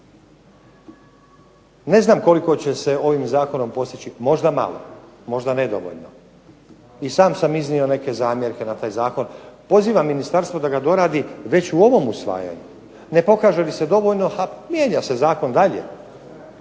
Ne znam koliko će se ovim zakonom postići, možda malo, možda nedovoljno. I sam sam iznio neke zamjerke na taj zakon. Pozivam ministarstvo da ga doradi već u ovom usvajanju. Ne pokaže li se dovoljno ha mijenja se zakon dalje.